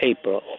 April